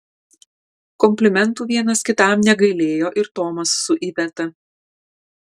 komplimentų vienas kitam negailėjo ir tomas su iveta